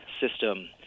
system